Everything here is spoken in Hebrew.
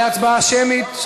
להצבעה שמית.